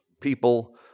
people